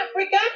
africa